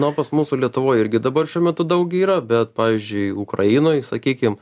nu pas mūsų lietuvoj irgi dabar šiuo metu daug yra bet pavyzdžiui ukrainoj sakykim